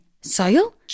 Soil